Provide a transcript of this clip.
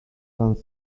cent